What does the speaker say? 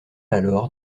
alors